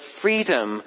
freedom